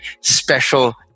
special